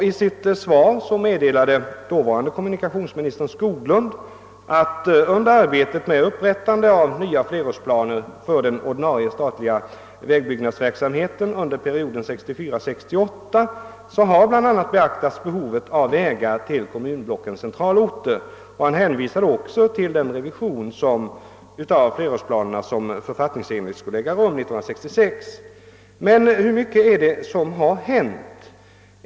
I sitt svar meddelade dåvarande kommunikationsministern Skoglund att under arbetet med upprättandet av nya flerårsplaner för den ordinarie statliga vägbyggnadsverksamheten under perioden 1964—1968 hade bl.a. behovet av vägar till kommunblockens centralorter beaktats. Han hänvisade också till den revision av flerårsplanerna som författningsenligt skulle äga rum år 1966. Men hur mycket har hänt på det här området?